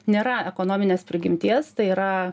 nėra ekonominės prigimties tai yra